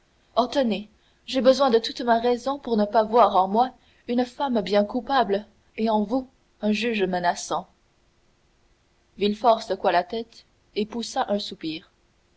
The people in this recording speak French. tenez j'ai besoin de toute ma raison pour ne pas voir en moi une femme bien coupable et en vous un juge menaçant villefort secoua la tête et poussa un soupir